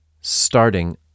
starting